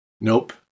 Nope